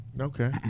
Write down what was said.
Okay